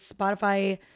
Spotify